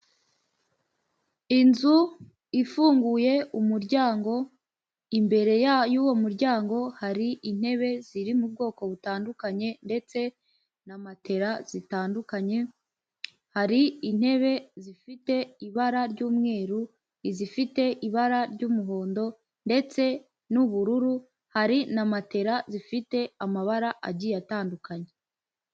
Inzu ifunguye umuryango imbere, y'uwo muryango hari intebe ziri mu bwoko butandukanye, ndetse na matera zitandukanye hari intebe zifite ibara ry'umweru, izifite ibara ry'umuhondo, ndetse n'ubururu, hari na matera zifite amabara agiye atandukanye.